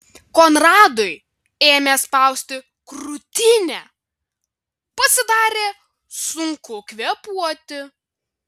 konradui ėmė spausti krūtinę pasidarė sunku kvėpuoti